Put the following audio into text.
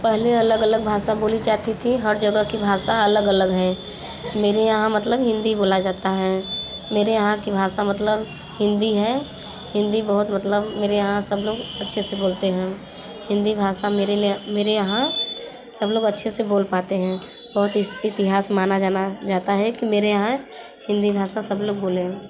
पहले अलग अलग भाषा बोली जाती थी हर जगह की भाषा अलग अलग है मेरे यहाँ मतलब हिंदी बोली जाती है मेरे यहाँ की भाषा मतलब हिंदी है हिंदी बहुत मतलब मेरे यहाँ सब लोग अच्छे से बोलते हैं हिंदी भाषा मेरे लिए मेरे यहाँ सब लोग अच्छे से बोल पाते हैं बहुत इतिहास मान जाना जाता है कि मेरे यहाँ हिंदी भाषा सब लोग बोलें